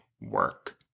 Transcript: work